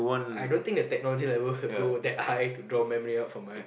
I don't think the technology level could go that high to draw memory out from a